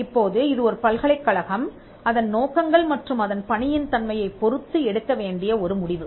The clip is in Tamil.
இப்போது இது ஒரு பல்கலைக்கழகம் அதன் நோக்கங்கள் மற்றும் அதன் பணியின் தன்மையைப் பொறுத்து எடுக்க வேண்டிய ஒரு முடிவு